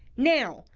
now,